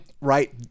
Right